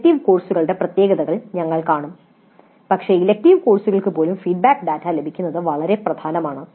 elective കോഴ്സുകളുടെ പ്രത്യേകതകൾ ഞങ്ങൾ കാണും പക്ഷേ ഇലക്ടീവ് കോഴ്സുകൾക്ക് പോലും ഫീഡ്ബാക്ക് ഡാറ്റ ലഭിക്കുന്നത് വളരെ പ്രധാനമാണ്